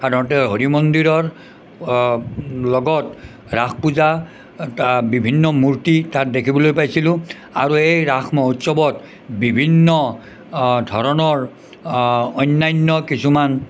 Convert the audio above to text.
সাধাৰণতে হৰি মন্দিৰৰ লগত ৰাস পূজা তাত বিভিন্ন মূৰ্তি তাত দেখিবলৈ পাইছিলোঁ আৰু এই ৰাস মহোৎসৱত বিভিন্ন ধৰণৰ অন্য়ান্য় কিছুমান